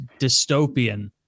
dystopian